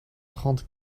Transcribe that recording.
trente